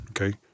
okay